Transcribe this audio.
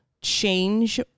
change